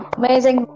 amazing